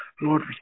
Lord